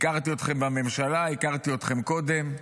הכרתי אתכם בממשלה, הכרתי אתכם קודם.